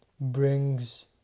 brings